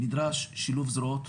נדרש שילוב זרועות,